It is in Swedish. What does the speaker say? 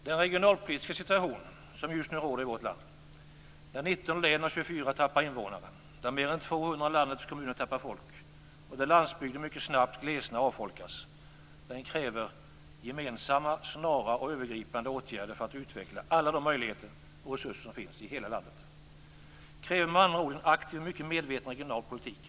Den regionalpolitiska situation som just nu råder i vårt land, där 19 av 24 län tappar invånare, där mer än 200 av landets kommuner tappar folk och där landsbygden mycket snabbt glesnar och avfolkas, kräver gemensamma, snara och övergripande åtgärder för att utveckla alla de möjligheter och resurser som finns i hela landet. Den kräver med andra ord en aktiv och mycket medveten regional politik.